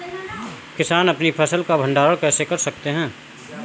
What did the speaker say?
किसान अपनी फसल का भंडारण कैसे कर सकते हैं?